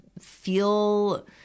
feel –